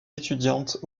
étudiantes